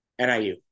NIU